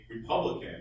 Republican